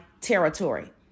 territory